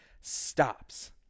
stops